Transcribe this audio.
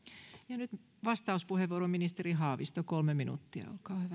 nyt vastauspuheenvuoro ministeri haavisto kolme minuuttia